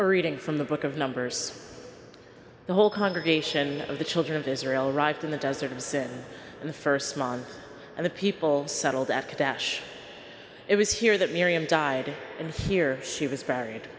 a reading from the book of numbers the whole congregation of the children of israel arrived in the desert and since the st man and the people settled at cash it was here that miriam died and here she was buried